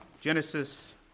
Genesis